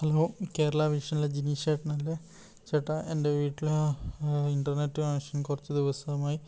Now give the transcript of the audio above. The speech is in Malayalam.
ഹലോ കേരളാ വിഷനിലെ ജിനീഷ് ഏട്ടൻ അല്ലേ ചേട്ടാ എൻ്റെ വീട്ടിൽ ഇൻറ്റർനെറ്റ് കണക്ഷൻ കുറച്ചു ദിവസമായി